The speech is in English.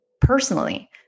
personally